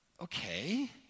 Okay